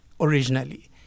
Originally